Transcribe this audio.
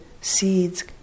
seeds